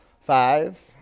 Five